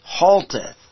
halteth